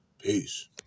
Peace